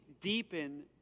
deepen